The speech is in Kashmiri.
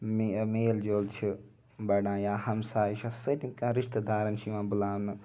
میل جول چھُ بَڑان یا ہَمساے چھِ آسان رِشتہِ دارَن چھُ یِوان بُلاونہٕ